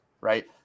Right